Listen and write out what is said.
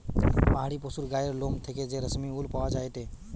পাহাড়ি পশুর গায়ের লোম থেকে যে রেশমি উল পাওয়া যায়টে